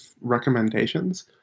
recommendations